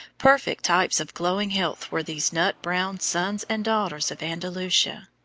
perfect types of glowing health were these nut-brown sons and daughters of andalusia,